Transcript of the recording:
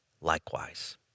likewise